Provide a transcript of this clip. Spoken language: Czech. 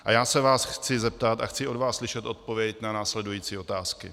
A já se vás chci zeptat, a chci od vás slyšet odpověď na následující otázky: